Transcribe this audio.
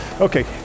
okay